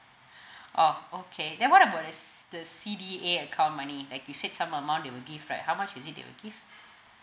orh okay then what about the C the C_D_A account money like you said some of amount they will give right how much is it they will give